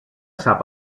sap